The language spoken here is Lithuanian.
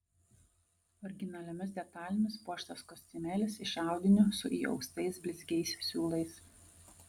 originaliomis detalėmis puoštas kostiumėlis iš audinio su įaustais blizgiais siūlais